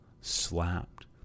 slapped